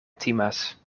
timas